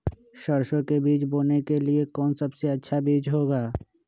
सरसो के बीज बोने के लिए कौन सबसे अच्छा बीज होगा?